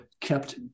kept